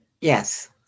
Yes